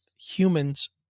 humans